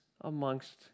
amongst